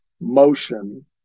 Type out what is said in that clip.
motion